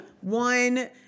one